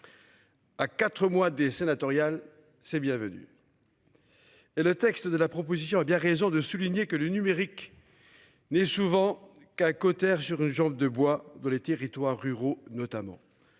À quatre mois des sénatoriales c'est bienvenu. Et le texte de la proposition a bien raison de souligner que le numérique. N'est souvent qu'un cautère sur une jambe de bois, de les territoires ruraux notamment.